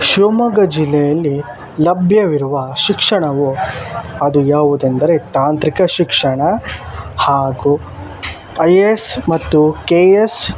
ಶಿವಮೊಗ್ಗ ಜಿಲ್ಲೆಯಲ್ಲಿ ಲಭ್ಯವಿರುವ ಶಿಕ್ಷಣವು ಅದು ಯಾವುದೆಂದರೆ ತಾಂತ್ರಿಕ ಶಿಕ್ಷಣ ಹಾಗು ಐ ಎ ಎಸ್ ಮತ್ತು ಕೆ ಎ ಎಸ್